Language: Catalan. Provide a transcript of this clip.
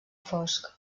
fosc